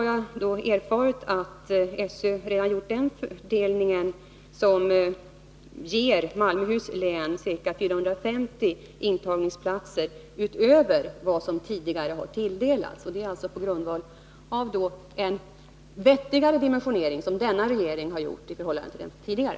Jag har erfarit att SÖ har gjort en fördelning som ger Malmöhus län ca 450 intagningsplatser utöver vad länet tidigare har tilldelats. Detta har skett på grundval av den vettigare dimensionering som denna regering har gjort i förhållande till den tidigare.